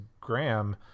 Graham